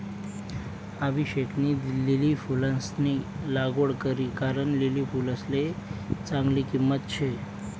अभिषेकनी लिली फुलंसनी लागवड करी कारण लिली फुलसले चांगली किंमत शे